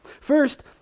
First